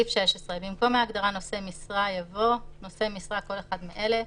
במקום ההגדרה "נושא משרה" יבוא: ""נושא משרה" כל אחד מאלה: